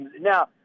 now